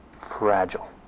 fragile